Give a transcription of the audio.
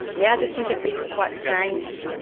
yeah just think it's it's quite strange,